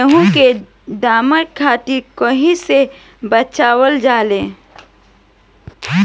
गेहूँ को दिमक किट से कइसे बचावल जाला?